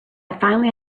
finally